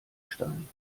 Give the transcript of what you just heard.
stein